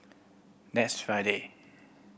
next Friday